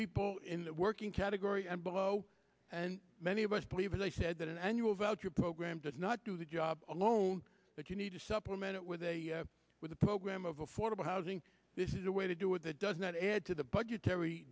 people in the working category and below and many of us believe as i said that an annual voucher program does not do the job alone that you need to supplement it with a with a program of affordable housing this is the way to do it that does not add to the budgetary